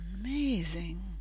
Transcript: amazing